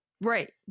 right